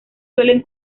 suelen